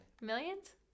Millions